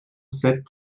sept